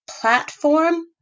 platform